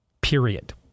period